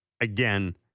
again